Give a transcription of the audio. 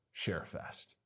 ShareFest